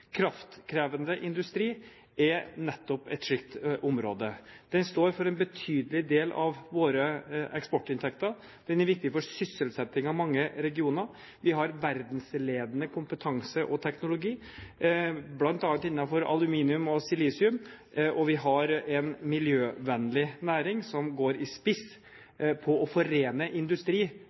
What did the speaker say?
Kraftkrevende industri er nettopp et slikt område. Den står for en betydelig del av våre eksportinntekter. Den er viktig for sysselsettingen i mange regioner. Vi har verdensledende kompetanse og teknologi, bl.a. innenfor aluminium og silisium, og vi har en miljøvennlig næring som går i spiss for å forene industri,